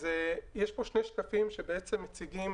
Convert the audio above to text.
אז יש פה שני שקפים שמציגים